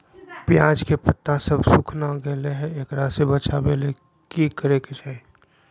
प्याज के पत्ता सब सुखना गेलै हैं, एकरा से बचाबे ले की करेके चाही?